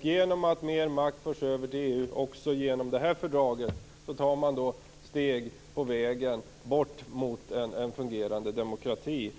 Genom att mer makt förs över till EU också genom detta fördrag tar man steg på vägen bort från en fungerande demokrati.